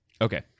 Okay